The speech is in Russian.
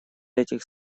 этих